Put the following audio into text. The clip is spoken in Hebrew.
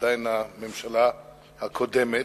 עדיין הממשלה הקודמת,